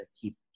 keep